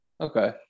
Okay